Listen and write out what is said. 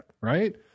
Right